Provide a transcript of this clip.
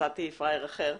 מצאתי פראייר אחר.